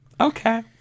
Okay